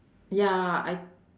ya I